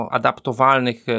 adaptowalnych